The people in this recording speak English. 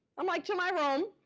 i'm like, to my room.